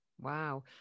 Wow